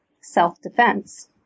self-defense